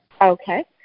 Okay